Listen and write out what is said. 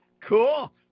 cool